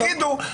התשפ"ב-2022.